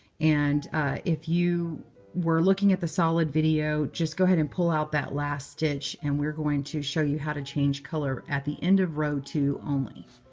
and if you were looking at the solid video, just go ahead and pull out that last stitch. and we're going to show you how to change color at the end of row two only.